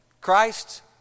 Christ